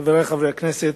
חברי חברי הכנסת,